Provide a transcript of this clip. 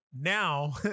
now